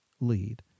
lead